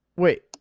Wait